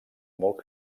molt